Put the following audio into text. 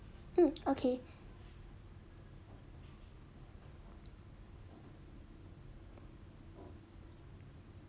mm okay